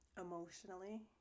emotionally